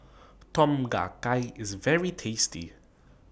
Tom Kha Gai IS very tasty